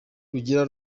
rugira